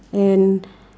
and